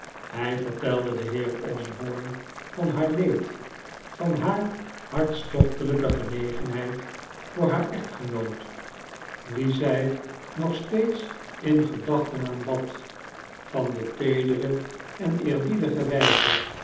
hij vertelde den heer osborne van haar leed van haar hartstochtelijke genegenheid voor haar echtgenoot wien zij nog steeds in gedachten aanbad van de teedere en eerbiedige wijze